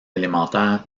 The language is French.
élémentaire